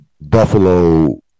Buffalo